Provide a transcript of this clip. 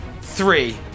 three